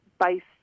based